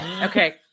Okay